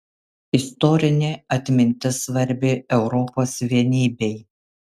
istorinė atmintis svarbi europos vienybei